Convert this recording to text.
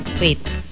Wait